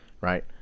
right